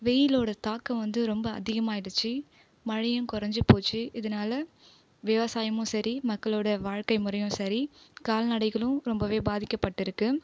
வெயிலோட தாக்கம் வந்து ரொம்ப அதிகமாயிடுத்து மழையும் குறஞ்சு போச்சு இதனால விவசாயமும் சரி மக்களோடய வாழ்க்கை முறையும் சரி கால்நடைகளும் ரொம்பவே பாதிக்கப்பட்டிருக்குது